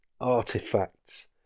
artifacts